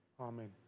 Amen